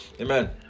Amen